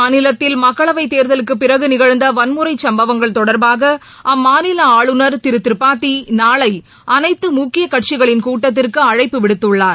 மேற்குவங்க மாநிலத்தில் மக்களவைத்தேர்தலுக்கு பிறகு நிகழ்ந்த வன்முறைச்சம்பவங்கள் தொடர்பாக அம்மாநில ஆளுநர் திரு திரிபாதி நாளை அனைத்து முக்கிய கட்சிகளின் கூட்டத்திற்கு அழைப்பு விடுத்துள்ளார்